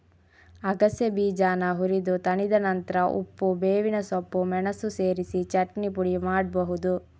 ಅಗಸೆ ಬೀಜಾನ ಹುರಿದು ತಣಿದ ನಂತ್ರ ಉಪ್ಪು, ಬೇವಿನ ಸೊಪ್ಪು, ಮೆಣಸು ಸೇರಿಸಿ ಚಟ್ನಿ ಪುಡಿ ಮಾಡ್ಬಹುದು